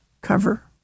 cover